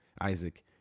Isaac